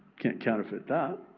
can't counterfeit that.